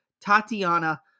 Tatiana